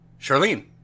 Charlene